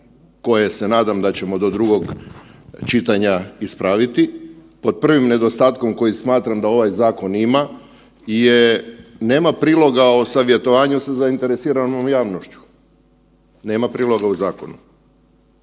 koje se nadam da ćemo do drugog čitanja ispraviti. Pod prvim nedostatkom koji smatram da ovaj zakon ima je, nema priloga o savjetovanju sa zainteresiranom javnošću, nema priloga u zakonu.